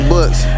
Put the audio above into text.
Books